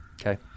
Okay